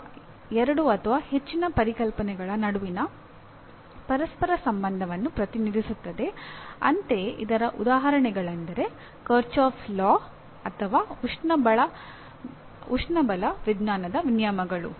ತತ್ವ ಎರಡು ಅಥವಾ ಹೆಚ್ಚಿನ ಪರಿಕಲ್ಪನೆಗಳ ನಡುವಿನ ಪರಸ್ಪರ ಸಂಬಂಧವನ್ನು ಪ್ರತಿನಿಧಿಸುತ್ತದೆ ಅಂತೆಯೇ ಇತರ ಉದಾಹರಣೆಗಳೆಂದರೆ ಕಿರ್ಚಾಫ್ನ ನಿಯಮಗಳು ಅಥವಾ ಉಷ್ಣಬಲ ವಿಜ್ಞಾನದ ನಿಯಮಗಳು